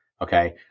okay